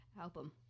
album